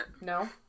No